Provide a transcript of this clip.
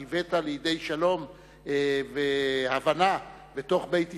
שהבאת לידי שלום והבנה בתוך בית ישראל,